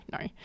no